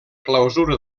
clausura